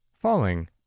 Falling